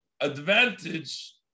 advantage